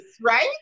right